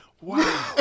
Wow